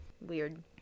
Weird